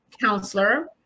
counselor